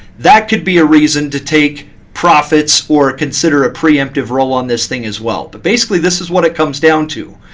that could be a reason to take profits or consider a pre-emptive roll on this thing as well. but basically, this is what it comes down to.